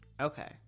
Okay